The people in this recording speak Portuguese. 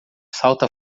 salta